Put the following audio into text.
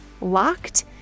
locked